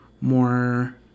more